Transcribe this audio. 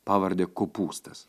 pavarde kopūstas